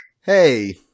Hey